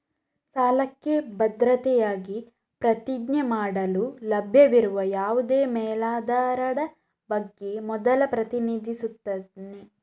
ಸಾಲಕ್ಕೆ ಭದ್ರತೆಯಾಗಿ ಪ್ರತಿಜ್ಞೆ ಮಾಡಲು ಲಭ್ಯವಿರುವ ಯಾವುದೇ ಮೇಲಾಧಾರದ ಬಗ್ಗೆ ಮೊದಲು ಪ್ರತಿನಿಧಿಸುತ್ತಾನೆ